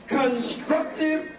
constructive